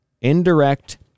Indirect